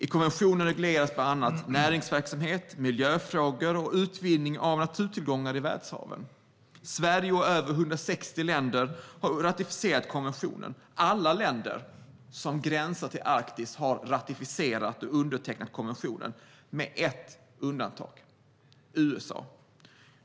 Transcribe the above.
I konventionen regleras bland annat näringsverksamhet, miljöfrågor och utvinning av naturtillgångar i världshaven. Sverige och över 160 länder har ratificerat konventionen. Alla länder som gränsar till Arktis har ratificerat och undertecknat konventionen - med ett undantag: USA.